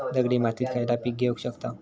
दगडी मातीत खयला पीक घेव शकताव?